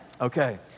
Okay